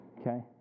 Okay